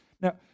Now